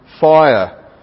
fire